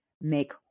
make